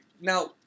Now